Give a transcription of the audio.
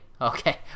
Okay